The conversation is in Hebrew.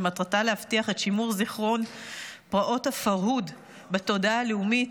שמטרתה להבטיח את שימור זיכרון פרעות הפרהוד בתודעה הלאומית,